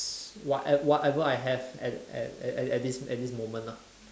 whatever whatever I have at at at at this at this moment lah